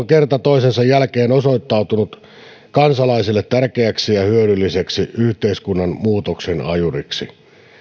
kerta toisensa jälkeen osoittautunut kansalaisille tärkeäksi ja hyödylliseksi yhteiskunnan muutoksen ajuriksi